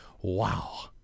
Wow